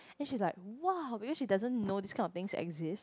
then she's like !wow! because she doesn't know this kind of thing exists